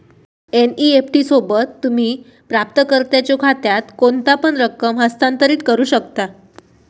NEFT सोबत, तुम्ही प्राप्तकर्त्याच्यो खात्यात कोणतापण रक्कम हस्तांतरित करू शकता